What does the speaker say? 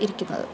ഇരിക്കുന്നത്